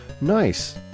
Nice